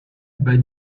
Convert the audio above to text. bas